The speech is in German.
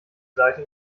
seite